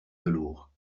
velours